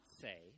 say